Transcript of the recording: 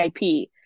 IP